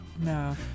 no